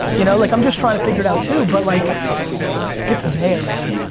you know like i'm just trying to figure it out too but like it's there man.